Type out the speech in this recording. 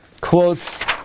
quotes